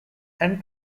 and